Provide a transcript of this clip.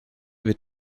wird